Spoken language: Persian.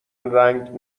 رنگ